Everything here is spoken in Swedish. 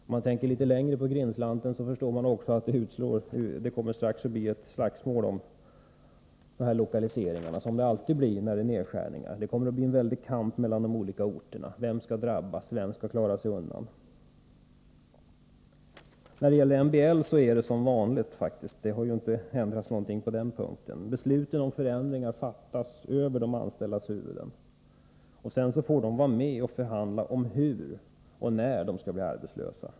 Om man tänker litet längre på den där grindslanten, förstår man också att det strax kommer att bli ett slagsmål om lokaliseringarna, som det alltid blir när det är fråga om nedskärningar. Det kommer att bli en väldig kamp mellan de olika orterna: vilka skall drabbas och vilka skall klara sig undan? När det gäller MBL är det faktiskt som vanligt. Det har inte ändrats någonting på den punkten. Besluten om förändringar fattas över de anställdas huvuden, och sedan får de vara med och förhandla om hur och när de skall bli arbetslösa.